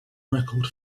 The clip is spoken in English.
record